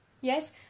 Yes